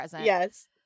yes